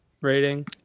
rating